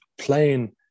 playing